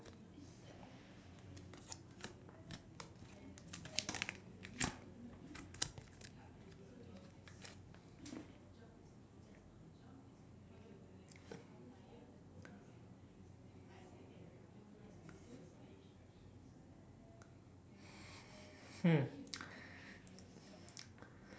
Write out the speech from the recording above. hmm